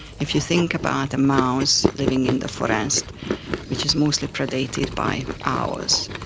if you think about a mouse living in the forest which is mostly predated by owls,